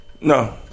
No